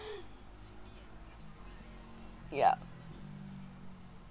ya